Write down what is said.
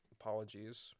Apologies